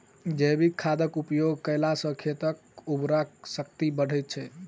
जैविक खादक उपयोग कयला सॅ खेतक उर्वरा शक्ति बढ़ैत छै